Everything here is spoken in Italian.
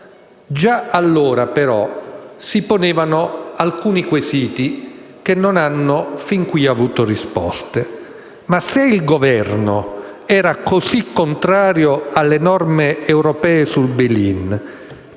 Già allora però si ponevano alcuni quesiti che non hanno fin qui avuto risposta: se il Governo Renzi era così contrario alle norme europee sul *bail